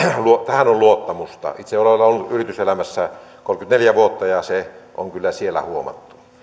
on luottamusta itse olen ollut yrityselämässä kolmekymmentäneljä vuotta ja se on kyllä siellä huomattu